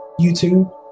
YouTube